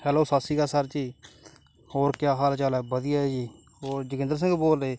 hello ਸਤਿ ਸ਼੍ਰੀ ਅਕਾਲ ਸਰ ਜੀ ਹੋਰ ਕਿਆ ਹਾਲ ਚਾਲ ਹੈ ਵਧੀਆ ਜੀ ਹੋਰ ਜੋਗਿੰਦਰ ਸਿੰਘ ਬੋਲ ਰਹੇ